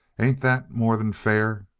ain't that more'n fair?